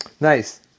Nice